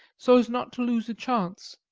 so as not to lose a chance.